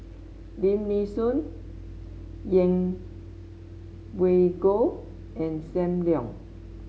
Lim Nee Soon Yeng Pway Ngon and Sam Leong